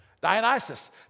Dionysus